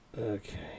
Okay